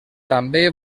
també